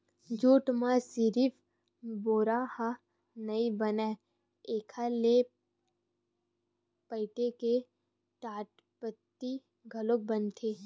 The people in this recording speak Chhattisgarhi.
जूट म सिरिफ बोरा ह नइ बनय एखर ले बइटे के टाटपट्टी घलोक बनथे